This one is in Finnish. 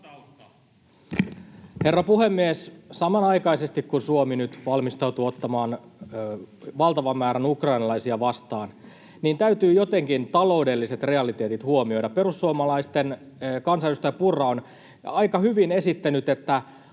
Herra puhemies! Samanaikaisesti, kun Suomi nyt valmistautuu ottamaan valtavan määrän ukrainalaisia vastaan, täytyy jotenkin huomioida taloudelliset realiteetit. Perussuomalaisten kansanedustaja Purra on aika hyvin esittänyt, että